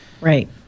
Right